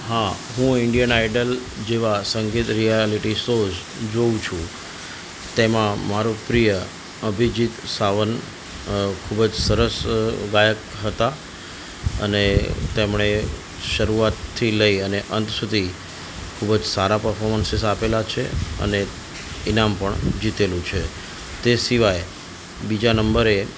હા હું Indian Idol જેવા સંગીત રિયાલિટી શોઝ જોઉં છું તેમાં મારો પ્રિય અભિજીત સાવંત ખૂબ જ સરસ ગાયક હતા અને તેમણે શરૂઆતથી લઈ અને અંત સુધી ખૂબ જ સારા પરફોર્મન્સીસ આપેલા છે અને ઈનામ પણ જીતેલું છે તે સિવાય બીજા નંબરે